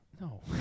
No